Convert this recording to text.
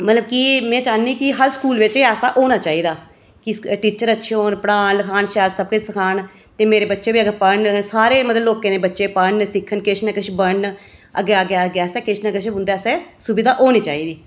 मतलब कि में चाह्न्नी कि हर इक स्कूल बिच ऐसा होना चाहिदा कि टीचर अच्छा होन पढ़ान लखान शैल सब किश सखान ते मेरे बच्चे बी अग्गें पढ़न सारे मतलब लोकें दे बच्चे पढ़न सिखन किश न किश अग्गें अग्गें अग्गें आस्तै किश न किश सुविधा होनी चाहिदी